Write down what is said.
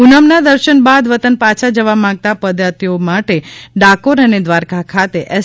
પૂનમ ના દર્શન બાદ વતન પાછા જવા માંગતા પદયાત્રીઓ માટે ડાકોર અને દ્વારકા ખાતે એસ